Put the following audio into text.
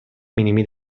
minimi